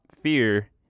fear